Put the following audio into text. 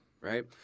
right